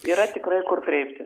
yra tikrai kur kreiptis